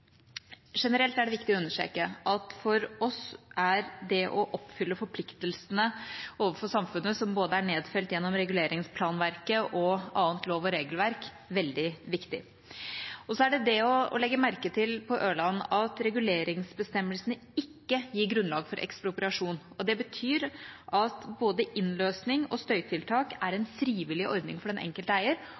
Generelt er det viktig å understreke at for oss er det å oppfylle forpliktelsene overfor samfunnet, som er nedfelt gjennom reguleringsplanverket og annet lov- og regelverk, veldig viktig. Så er det det å legge merke til når det gjelder Ørland, at reguleringsbestemmelsene ikke gir grunnlag for ekspropriasjon. Det betyr at både innløsning og støytiltak er en frivillig ordning for den enkelte eier,